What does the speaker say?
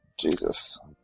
Jesus